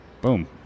boom